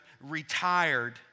retired